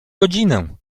godzinę